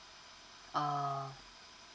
uh